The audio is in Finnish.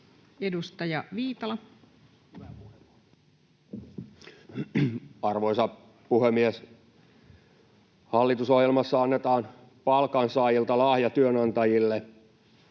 Edustaja Viitala. Arvoisa puhemies! Hallitusohjelmassa annetaan palkansaajilta lahja työnantajille.